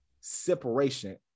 separation